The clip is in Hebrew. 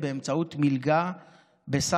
הביטחון,